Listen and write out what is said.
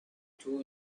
two